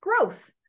growth